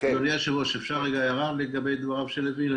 אני רוצה להעיר על דבריו של פרופ' לוין.